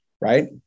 right